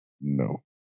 no